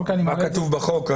מה כתוב בחוק?